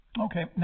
Okay